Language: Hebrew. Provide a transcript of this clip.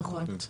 נכון.